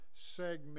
segment